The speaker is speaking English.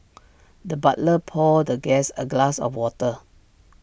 the butler poured the guest A glass of water